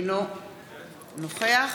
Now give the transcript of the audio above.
אינו נוכח